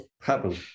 happen